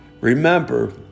Remember